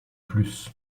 plus